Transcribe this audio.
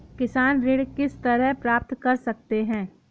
किसान ऋण किस तरह प्राप्त कर सकते हैं?